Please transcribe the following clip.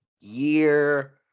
year